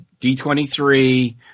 D23